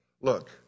look